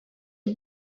est